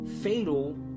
fatal